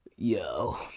Yo